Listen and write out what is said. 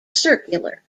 circular